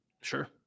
Sure